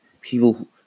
people